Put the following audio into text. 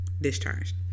discharged